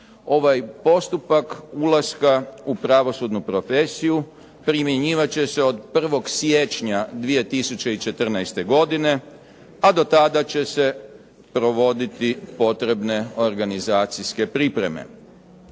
Ovaj postupak ulaska u pravosudnu profesiju primjenjivat će se od 1. siječnja 2014. godine, a do tada će se provoditi potrebne organizacijske pripreme.